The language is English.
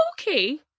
okay